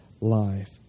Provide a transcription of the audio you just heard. Life